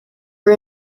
for